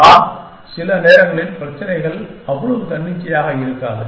ஆனால் சில நேரங்களில் பிரச்சினைகள் அவ்வளவு தன்னிச்சையாக இருக்காது